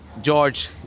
George